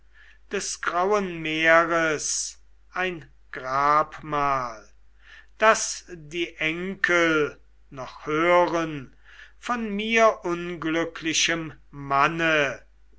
des grauen meeres ein grabmahl daß die enkel noch hören von mir unglücklichem manne